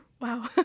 Wow